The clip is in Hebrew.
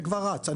זה כבר רץ.